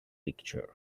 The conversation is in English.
picture